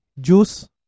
juice